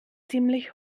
ziemlich